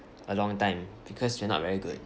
a long time because we're not very good